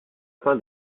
fin